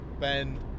Ben